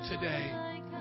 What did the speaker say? today